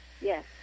Yes